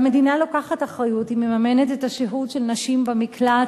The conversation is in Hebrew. והמדינה לוקחת אחריות: היא מממנת את השהות של נשים במקלט.